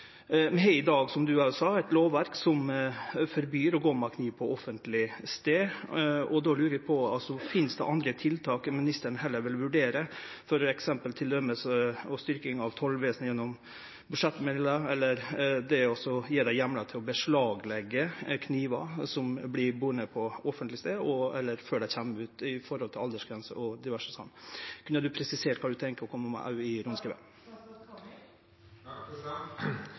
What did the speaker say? har i dag, som statsråden òg sa, eit lovverk som forbyr å gå med kniv på offentleg stad. Då lurer eg på: Finst det andre tiltak statsråden heller vil vurdere, t.d. styrking av tolletaten gjennom budsjettmidlar eller å gje dei heimlar til å beslagleggje knivar som vert borne på offentleg stad, før dei kjem dit, med omsyn til aldersgrense og diverse sånt? Kunne statsråden presisere kva han tenkjer å kome med i rundskrivet? Det er helt klart slått fast i